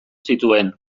zituen